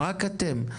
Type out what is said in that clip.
רק אתם.